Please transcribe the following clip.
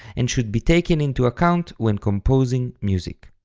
and should be taken into account when composing music.